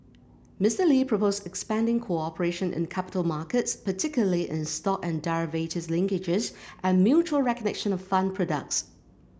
Mister Lee proposed expanding cooperation in capital markets particularly in stock and derivatives linkages and mutual recognition of fund products